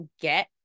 get